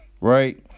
right